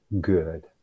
good